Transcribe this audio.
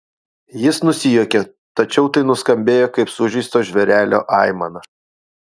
jis nusijuokė tačiau tai nuskambėjo kaip sužeisto žvėrelio aimana